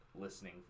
listening